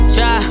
Try